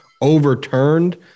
overturned